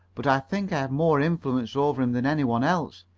but i think i have more influence over him than any one else.